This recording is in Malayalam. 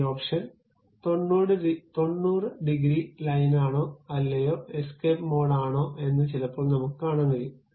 ഈ ഓപ്ഷൻ 90 ഡിഗ്രി ലൈനാണോ അല്ലയോ എസ്കേപ്പ് മോഡ് ആണോ എന്ന് ചിലപ്പോൾ നമുക്ക് കാണാൻ കഴിയും